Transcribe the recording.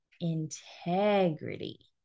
integrity